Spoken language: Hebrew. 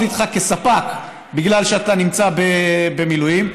איתך כספק בגלל שאתה נמצא במילואים.